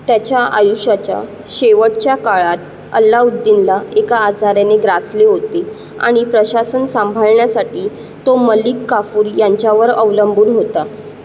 त्याच्या आयुष्याच्या शेवटच्या काळात अल्लाउद्दीनला एका आजाराने ग्रासले होते आणि प्रशासन सांभाळण्यासाठी तो मल्लिक काफूर यांच्यावर अवलंबून होता